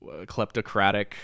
kleptocratic